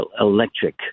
electric